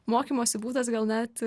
mokymosi būdas gal net